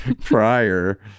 prior